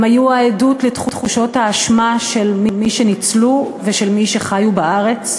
הם היו העדות לתחושות האשמה של מי שניצלו ושל מי שחיו בארץ.